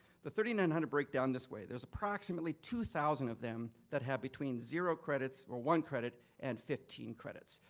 the three thousand nine hundred break down this way. there's approximately two thousand of them that have between zero credits or one credit and fifteen credits.